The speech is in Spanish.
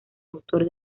autor